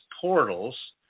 portals